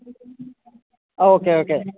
okay okay